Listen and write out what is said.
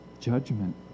judgment